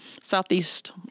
Southeast